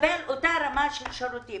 לקבל אותה רמה של שירותים.